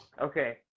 okay